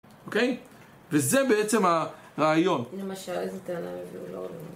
אוקיי? וזה בעצם הרעיון - למשל, איזה טענה הם הביאו לעולם?